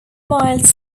miles